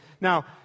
Now